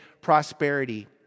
prosperity